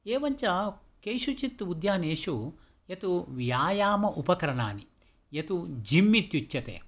एवं च केषुचित् उद्यानेषु यत् व्यायाम उपकरणानि यत् जिम् इत्युच्यते